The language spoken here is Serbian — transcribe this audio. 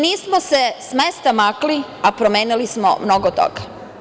Nismo se s mesta makli, a promenili smo mnogo toga.